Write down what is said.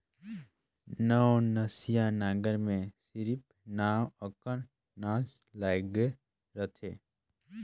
नवनसिया नांगर मे सिरिप नव अकन नास लइग रहथे